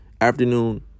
afternoon